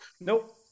Nope